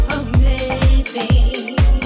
amazing